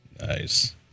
Nice